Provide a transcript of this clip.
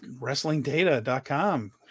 Wrestlingdata.com